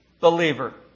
believer